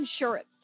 insurance